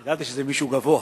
אם כן, רבותי,